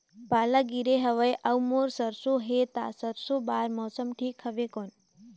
पाला गिरे हवय अउर मोर सरसो हे ता सरसो बार मौसम ठीक हवे कौन?